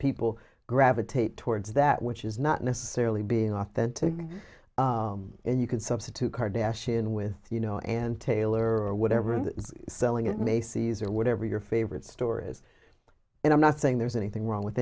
people gravitate towards that which is not necessarily being authentic and you can substitute car dash in with you know and tailor or whatever and it's selling at macy's or whatever your favorite store is and i'm not saying there's anything wrong with